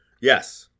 Yes